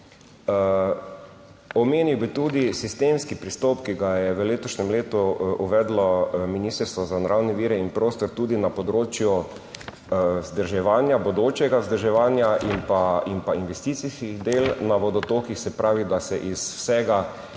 Omenil bi tudi sistemski pristop, ki ga je v letošnjem letu uvedlo Ministrstvo za naravne vire in prostor tudi na področju vzdrževanja, bodočega vzdrževanja in pa investicijskih del na vodotokih, se pravi, da se iz vsega